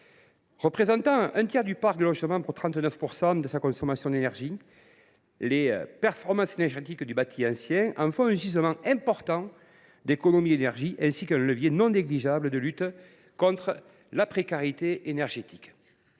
représente un tiers du parc de logement pour 39 % de sa consommation d’énergie. Ses performances en la matière en font donc un gisement important d’économies d’énergie, ainsi qu’un levier non négligeable de lutte contre la précarité énergétique.